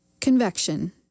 Convection